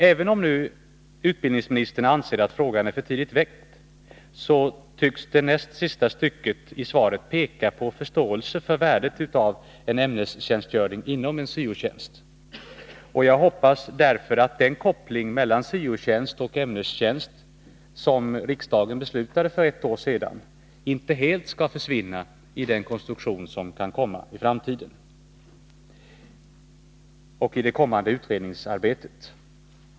Även om utbildningsministern anser att frågan är för tidigt väckt, tyckts det näst sista stycket i svaret peka på förståelse för värdet av en ämnestjänstgöring inom en syo-tjänst. Jag hoppas därför att den koppling mellan syo-tjänst och ämnestjänst som riksdagen beslutade för ett år sedan inte helt skall försvinna i en framtida konstruktion eller i det kommande utredningsarbetet.